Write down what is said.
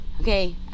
Okay